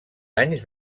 anys